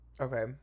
Okay